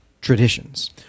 traditions